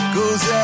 goes